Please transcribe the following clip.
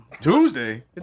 Tuesday